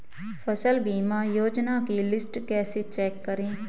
फसल बीमा योजना की लिस्ट कैसे चेक करें?